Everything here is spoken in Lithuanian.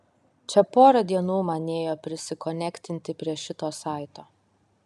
čia porą dienų man nėjo prisikonektinti prie šito saito